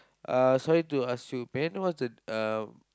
uh sorry to ask you may I know what's the uh